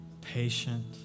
patient